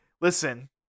listen